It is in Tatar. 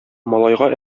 малайга